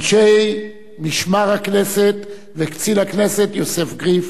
אנשי משמר הכנסת וקצין הכנסת יוסף גריף,